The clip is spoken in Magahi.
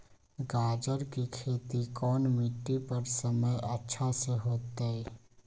गाजर के खेती कौन मिट्टी पर समय अच्छा से होई?